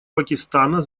пакистана